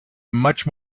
much